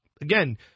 again